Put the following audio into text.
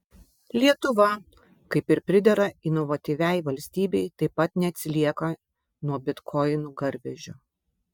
lietuva kaip ir pridera inovatyviai valstybei taip pat neatsilieka nuo bitkoinų garvežio